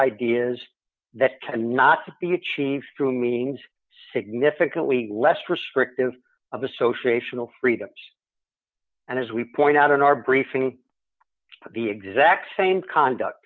ideas that cannot be achieved through meetings significantly less restrictive of associational freedoms and as we point out in our briefing the exact same conduct